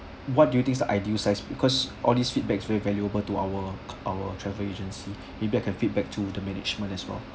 what do you think is the ideal size because all these feedback very valuable to our our travel agency maybe I can feedback to the management as well